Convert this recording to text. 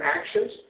actions